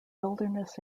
wilderness